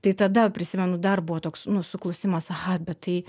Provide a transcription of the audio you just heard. tai tada prisimenu dar buvo toks nu suklusimas aha bet tai